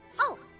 oh,